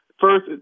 first